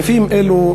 סעיפים אלו,